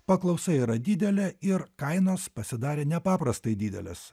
paklausa yra didelė ir kainos pasidarė nepaprastai didelės